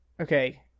Okay